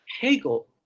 Hegel